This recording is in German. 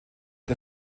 der